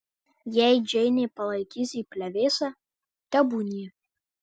jei džeinė palaikys jį plevėsa tebūnie